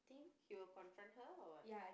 he will confront her or what